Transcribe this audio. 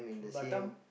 Batam